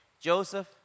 Joseph